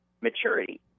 maturity